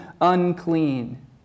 unclean